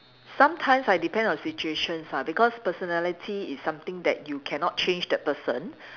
sometimes I depend on situations ah because personality is something that you cannot change that person